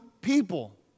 people